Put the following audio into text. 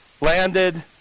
landed